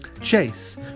Chase